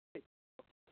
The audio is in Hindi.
ठीक ओके